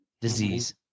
disease